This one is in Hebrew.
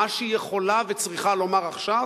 מה שהיא יכולה וצריכה לומר עכשיו,